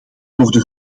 worden